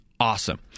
Awesome